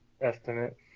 estimate